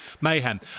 mayhem